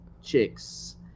chicks